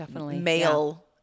male